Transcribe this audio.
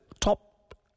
top